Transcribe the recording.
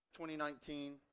2019